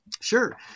Sure